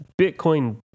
Bitcoin